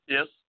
Yes